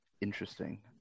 Interesting